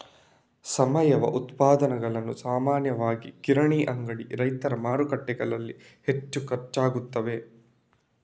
ಸಾವಯವ ಉತ್ಪನ್ನಗಳು ಸಾಮಾನ್ಯವಾಗಿ ಕಿರಾಣಿ ಅಂಗಡಿ, ರೈತರ ಮಾರುಕಟ್ಟೆಗಳಲ್ಲಿ ಹೆಚ್ಚು ಖರ್ಚಾಗುತ್ತವೆ